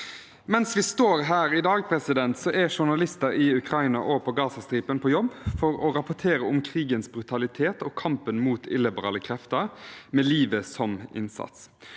Mens vi står her i dag, er journalister i Ukraina og på Gazastripen på jobb for å rapportere om krigens brutalitet og kampen mot illiberale krefter, med livet som innsats.